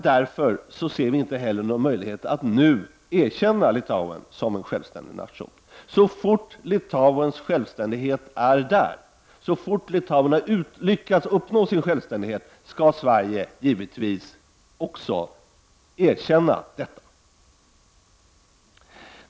Därför ser vi inte heller någon möjlighet att nu erkänna Litauen som en självständig nation. Så fort Litauens självständighet är ett faktum, så fort Litauen lyckats uppnå sin självständighet, skall Sverige givetvis också erkänna detta.